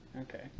Okay